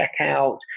checkout